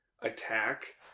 attack